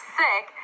sick